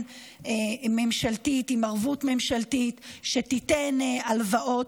ממשלתית עם ערבות ממשלתית שתיתן הלוואות.